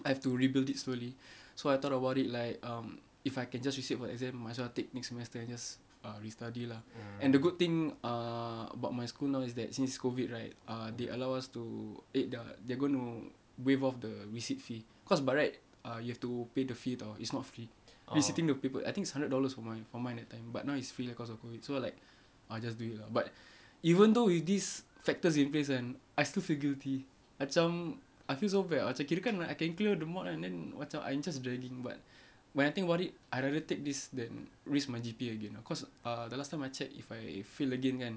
I have to rebuild it slowly so I thought about it like um if I can just resit for exam might as well take next semester and just err restudy lah and the good thing ah about my school now is that since COVID right uh they allow us to aid thei~ they're going to waive off the resit fee cause by right uh you have to pay the fee [tau] it's not free resitting the paper I think it's hundred dollars for mine for mine that time but now it's free lah cause of COVID so like I'll just do it lah but even though with these factors in place and I still feel guilty macam I feel so bad macam kirakan I can clear the mod [one] then macam I'm just dragging but when I think about it I'd rather take this than risk my G_P_A again uh cause uh the last time I checked if I fail again kan